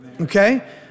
Okay